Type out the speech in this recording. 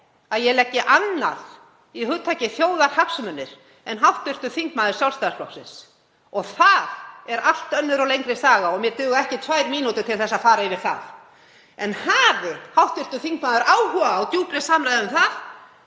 að ég leggi annað í hugtakið þjóðarhagsmunir en hv. þingmaður Sjálfstæðisflokksins. Það er allt önnur og lengri saga og mér duga ekki tvær mínútur til að fara yfir það. En hafi hv. þingmaður áhuga á djúpri samræðu um það